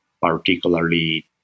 particularly